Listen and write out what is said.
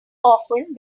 often